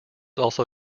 also